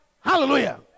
Hallelujah